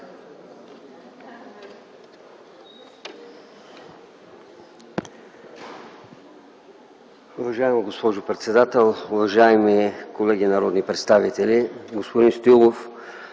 Уважаема госпожо председател, уважаеми колеги народни представители! Господин Стоилов,